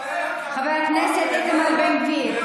חבר הכנסת איתמר בן גביר,